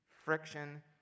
friction